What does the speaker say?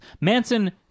Manson